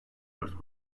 dört